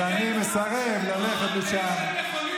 אז אני מסרב ללכת לשם.